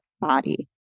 body